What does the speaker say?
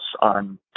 on